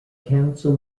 council